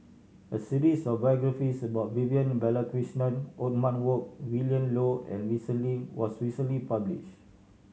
a series of biographies about Vivian Balakrishnan Othman Wok Willin Low and recently was recently published